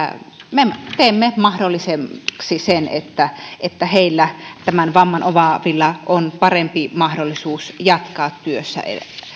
me teemme mahdolliseksi sen että että heillä tämän vamman omaavilla on parempi mahdollisuus jatkaa